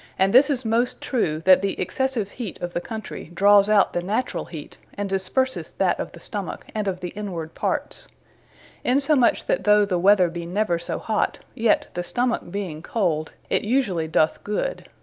and this is most true, that the excessive heate of the country, drawes out the naturall heate, and disperseth that of the stomack and of the inward parts insomuch that though the weather be never so hot, yet the stomack being cold, it usually doth good.